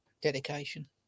Dedication